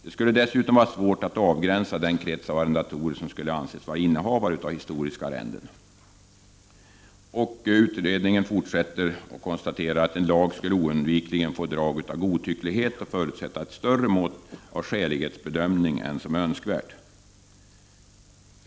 Det skulle dessutom vara svårt att avgränsa den krets av arrendatorer som skulle anses vara innehavare av historiska arrenden. En lag skulle oundvikligen få ett drag av godtycklighet och förutsätta ett större mått av skälighetsbedömning än som är önskvärt.